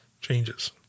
changes